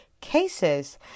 cases